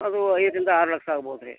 ಅದು ಐದಿಂದ ಆರು ಲಕ್ಷ ಆಗ್ಬೋದು ರೀ